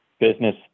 business